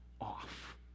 off